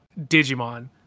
Digimon